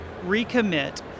recommit